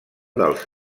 dels